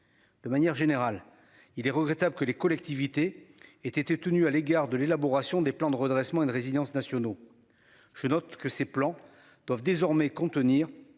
De manière générale, il est regrettable que les collectivités étaient tenus à l'égard de l'élaboration des plans de redressement et de résidence nationaux. Je note que ces plans doivent désormais contenir